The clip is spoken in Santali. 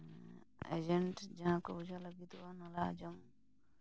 ᱮᱡᱮᱱᱴ ᱡᱟᱦᱟᱸ ᱠᱚ ᱵᱩᱡᱷᱟᱹᱣ ᱞᱟᱹᱜᱤᱫᱚᱜᱼᱟ ᱚᱱᱟ ᱞᱟᱦᱟ ᱡᱚᱢ